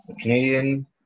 Canadian